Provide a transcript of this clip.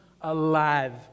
alive